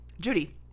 Judy